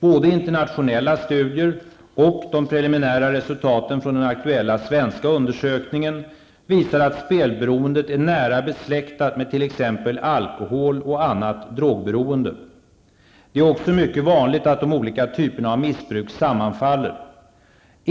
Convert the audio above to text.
Både internationella studier och de preliminära resultaten från den aktuella svenska undersökningen visar att spelberoendet är nära besläktat med t.ex. alkohol och annat drogberoende. Det är också mycket vanligt att de olika typerna av missbruk sammanfaller.